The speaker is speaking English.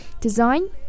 design